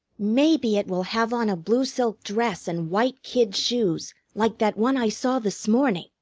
maybe it will have on a blue silk dress and white kid shoes, like that one i saw this morning!